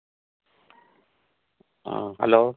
ꯑꯥ hello